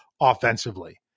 offensively